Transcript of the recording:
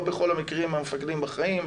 לא בכל המקרים המפקדים בחיים,